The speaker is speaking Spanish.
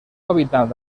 hábitat